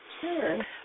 Sure